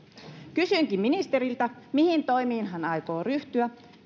kysynkin ministeriltä mihin toimiin aiotte ryhtyä